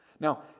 Now